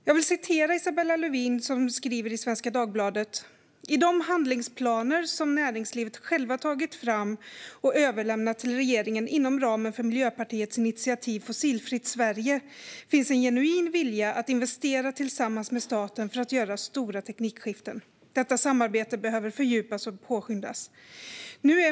Jag vill citera Isabella Lövin som skriver i Svenska Dagbladet: "I de handlingsplaner som näringslivet själva tagit fram och överlämnat till regeringen inom ramen för Miljöpartiets initiativ Fossilfritt Sverige finns en genuin vilja att investera tillsammans med staten för att göra stora teknikskiften. Detta samarbete behöver fördjupas och påskyndas."